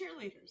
cheerleaders